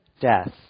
death